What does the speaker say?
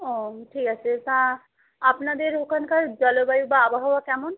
ও ঠিক আছে তা আপনাদের ওখানকার জলবায়ু বা আবহাওয়া কেমন